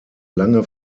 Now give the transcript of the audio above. lange